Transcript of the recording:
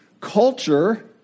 Culture